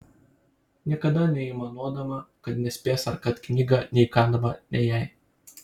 niekada neaimanuodama kad nespės ar kad knyga neįkandama ne jai